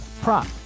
prop